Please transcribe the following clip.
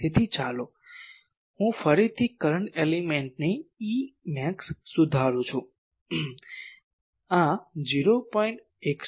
તેથી ચાલો હું ફરીથી કરંટ એલિમેન્ટની Ae max સુધારું છું આ 0